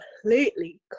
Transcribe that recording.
completely